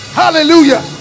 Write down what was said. hallelujah